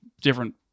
different